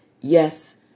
yes